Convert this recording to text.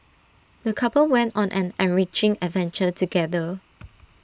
the couple went on an enriching adventure together